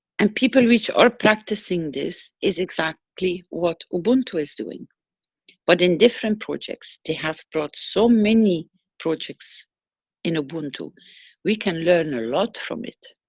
and people which are practicing this, is exactly what ubuntu is doing but in different projects they have brought so many projects in ubuntu. we can learn a lot from it.